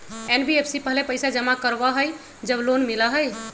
NBFC पहले पईसा जमा करवहई जब लोन मिलहई?